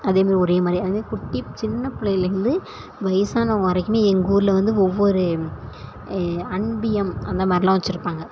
அதே மாரி ஒரே மாதிரி அது மாதிரி குட்டி சின்னப் பிள்ளைகள்லேர்ந்து வயசானவங்க வரைக்குமே எங்கள் ஊரில் வந்து ஒவ்வொரு அன்பியம் அந்த மாதிரிலாம் வெச்சுருப்பாங்க